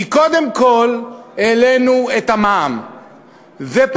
כי קודם כול העלינו את המע"מ ופגענו